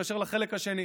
מתקשר לחלק השני,